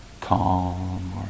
calm